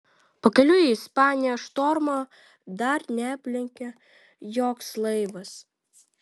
pakeliui į ispaniją štormo dar neaplenkė joks laivas